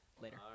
later